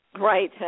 Right